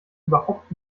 überhaupt